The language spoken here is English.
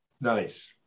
Nice